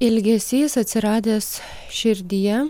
ilgesys atsiradęs širdyje